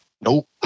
Nope